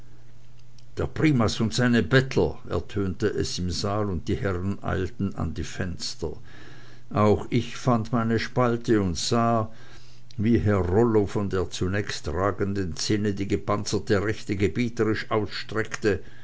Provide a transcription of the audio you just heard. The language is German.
der primas und seine bettler ertönte es im saal und die herren eilten an die fenster auch ich fand meine spalte und sah wie herr rollo von der zunächst ragenden zinne die gepanzerte rechte gebieterisch ausstreckte